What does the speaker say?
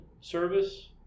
service